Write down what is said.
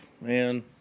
man